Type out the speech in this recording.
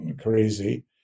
crazy